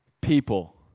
people